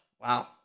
wow